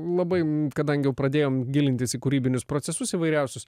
labai kadangi jau pradėjom gilintis į kūrybinius procesus įvairiausius